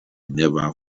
never